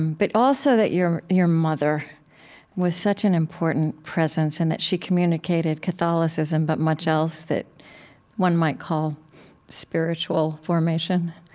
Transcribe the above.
um but also that your your mother was such an important presence and that she communicated catholicism but much else that one might call spiritual formation